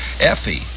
effie